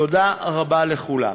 תודה רבה לכולם.